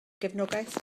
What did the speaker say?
gefnogaeth